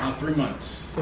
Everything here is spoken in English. three months.